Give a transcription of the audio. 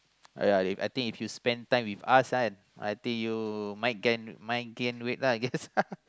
ah ya ya I think if you spend time with us kan I think you might gain might gain weight ah I guess